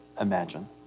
imagine